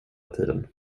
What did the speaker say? tiden